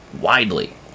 widely